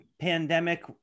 pandemic